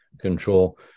control